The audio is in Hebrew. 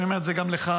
ואני אומר את זה גם לך,